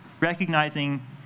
recognizing